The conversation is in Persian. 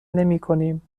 نمیکنیم